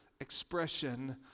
expression